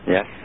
Yes